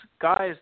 guys